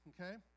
okay